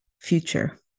future